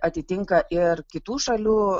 atitinka ir kitų šalių